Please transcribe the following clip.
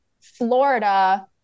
Florida